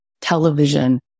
television